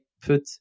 put